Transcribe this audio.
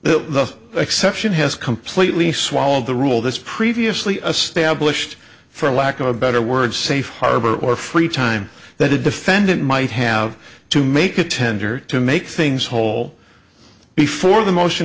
the exception has completely swallowed the rule this previously established for lack of a better word safe harbor or free time that the defendant might have to make a tender to make things whole before the motion